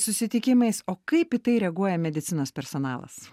susitikimais o kaip į tai reaguoja medicinos personalas